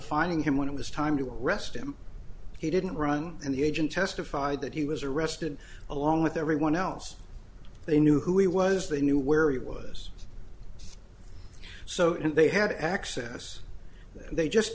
finding him when it was time to arrest him he didn't run and the agent testified that he was arrested along with everyone else they knew who he was they knew where he was so they had access they just